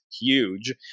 huge